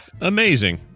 amazing